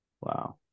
Wow